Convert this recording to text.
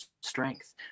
strength